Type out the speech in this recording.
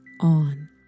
on